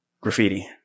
Graffiti